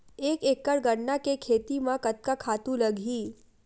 एक एकड़ गन्ना के खेती म कतका खातु लगही?